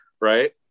Right